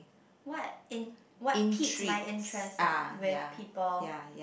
what in what piques my interest in with people